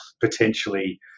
potentially